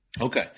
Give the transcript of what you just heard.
Okay